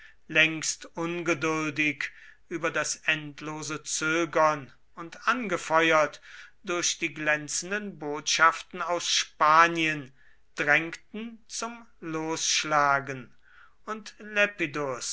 längst ungeduldig über das endlose zögern und angefeuert durch die glänzenden botschaften aus spanien drängten zum losschlagen und lepidus